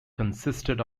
consisted